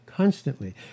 Constantly